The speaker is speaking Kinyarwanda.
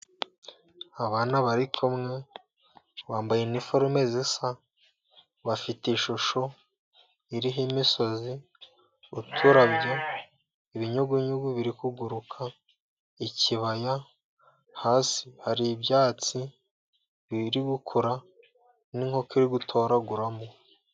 Abana bari kumwe bambaye iniforume zisa, bafite ishusho iriho imisozi, uturabyo, ibinyugunyugu biri kuguruka, ikibaya, hasi hari ibyatsi biri gukura n'inkoko iri gutoraguramo.